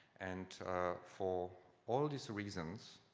and for all these reasons,